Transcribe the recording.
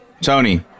Tony